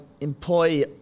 employ